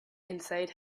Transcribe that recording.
inside